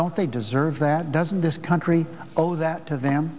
don't they deserve that doesn't this country owes that to them